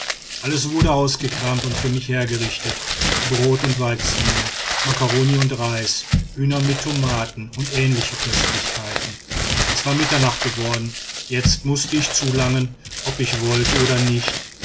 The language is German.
alles wurde ausgekramt und für mich hergerichtet brot und weizenmehl makkaroni und reis hühner mit tomaten und ähnliche köstlichkeiten es war mitternacht geworden jetzt mußte ich zulangen ob ich wollte oder nicht